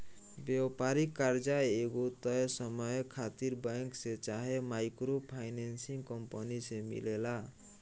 व्यापारिक कर्जा एगो तय समय खातिर बैंक से चाहे माइक्रो फाइनेंसिंग कंपनी से मिलेला